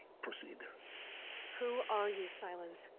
proceed who are you, sylens.